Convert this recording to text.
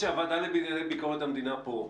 מה לעשות שהוועדה לביקורת המדינה פה,